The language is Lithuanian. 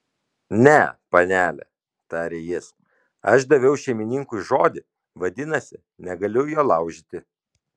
ne panele tarė jis aš daviau šeimininkui žodį vadinasi negaliu jo laužyti